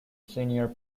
senior